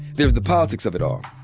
there's the politics of it all.